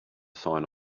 sign